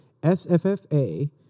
SFFA